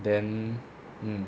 then mm